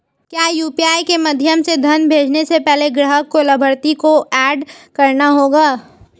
क्या यू.पी.आई के माध्यम से धन भेजने से पहले ग्राहक को लाभार्थी को एड करना होगा?